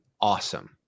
awesome